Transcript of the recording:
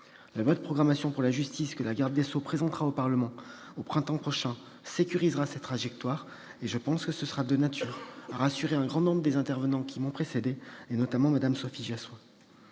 de loi de programmation pour la justice que la garde des sceaux présentera au Parlement au printemps prochain sécurisera cette trajectoire, ce qui sera de nature à rassurer un grand nombre des intervenants ce soir, notamment Mme Joissains.